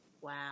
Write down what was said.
Wow